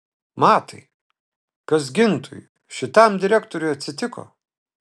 matai kas gintui šitam direktoriui atsitiko